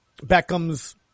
Beckham's